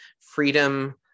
freedom